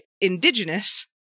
indigenous